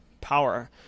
power